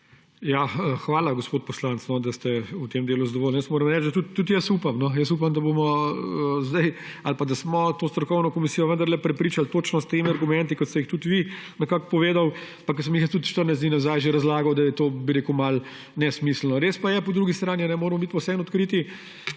Hvala, gospod poslanec, da ste v tem delu zadovoljni. Moram reči, da tudi jaz upam, da smo to strokovno komisijo vendarle prepričali točno s temi argumenti, kot ste jih tudi vi povedali pa ki sem jih tudi jaz 14 dni nazaj že razlagal – da je to, bi rekel, malo nesmiselno. Res pa je po drugi strani, moramo biti vseeno odkriti,